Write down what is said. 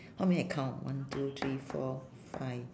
how many I count one two three four five